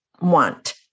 want